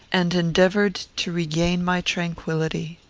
and endeavoured to regain my tranquillity.